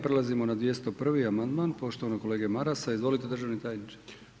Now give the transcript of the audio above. Prelazim na 201. amandman poštovanog kolege Marasa, izvolite državni tajniče.